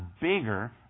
bigger